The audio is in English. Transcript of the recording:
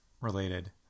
related